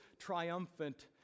triumphant